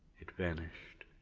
it vanished.